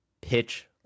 pitch